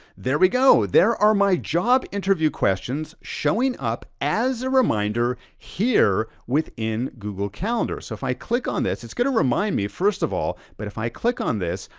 there we go. there are my job interview questions showing up as a reminder here within google calendar. so if i click on this, it's gonna remind me first of all, but if i click on this,